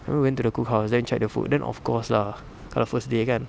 then we went to the cook house then check the food then of course lah kalau first day kan